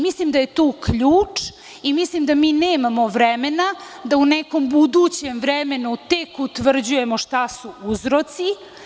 Mislim da je tu ključ i mislim da mi nemamo vremena da u nekom budućem vremenu tek utvrđujemo šta su uzroci.